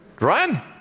Ryan